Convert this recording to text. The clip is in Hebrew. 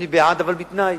אני בעד, אבל בתנאי.